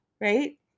right